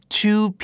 two